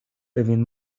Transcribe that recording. pewien